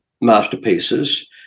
Masterpieces